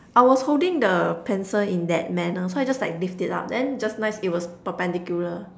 I was holding the pencil in that manner so I just like lift it up then just nice it was perpendicular